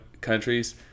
countries